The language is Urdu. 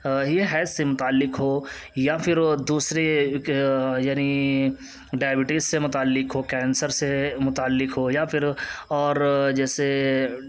یہی حیض سے متعلق ہو یا پھر دوسرے یعنی ڈائبٹیز سے متعلق ہو کینسر سے متعلق ہو یا پھر اور جیسے